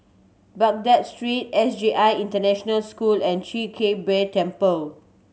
Baghdad Street S J I International School and Chwee Kang Beo Temple